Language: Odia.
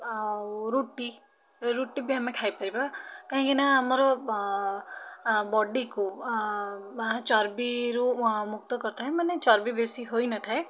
ଆଉ ରୁଟି ରୁଟି ବି ଆମେ ଖାଇପାରିବା କାହିଁକିନା ଆମର ବଡ଼ିକୁ ଚର୍ବିରୁ ମୁକ୍ତ କରିଥାଏ ମାନେ ଚର୍ବି ବେଶୀ ହୋଇନଥାଏ